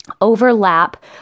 overlap